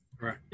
Right